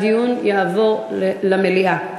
הדיון יעבור למליאה.